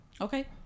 Okay